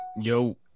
Yo